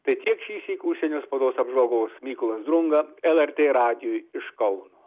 tai tiek šįsyk užsienio spaudos apžvalgos mykolas drunga lrt radijui iš kauno